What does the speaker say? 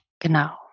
Genau